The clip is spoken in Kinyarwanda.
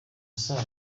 asaba